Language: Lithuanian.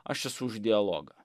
aš esu už dialogą